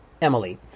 Emily